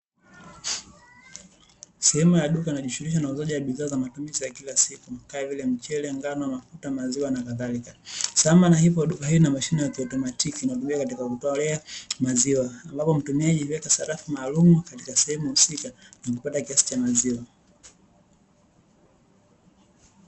Sehemu ya duka inayojishughulisha na uuzaji wa bidhaa za matumizi ya kila siku, kama vile mchele, ngano, mafuta, maziwa na kadhalika. Sambamba hivyo, duka hili lina mashine ya kiautomatiki inayotumika katika kutolea maziwa, ambapo mtumiaji huweka sarafu maalumu katika sehemu husika na kupata kiasi cha maziwa.